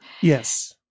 Yes